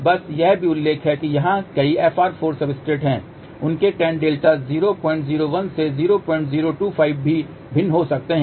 बस यह भी उल्लेख है कि वहाँ कई FR4 सब्सट्रेट हैं उनके टैन डेल्टा 001 से 0025 भी भिन्न हो सकते हैं